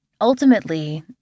ultimately